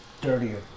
dirtier